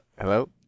hello